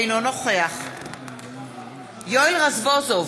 אינו נוכח יואל רזבוזוב,